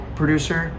producer